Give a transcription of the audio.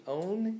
own